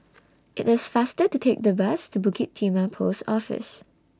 IT IS faster to Take The Bus to Bukit Timah Post Office